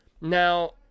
Now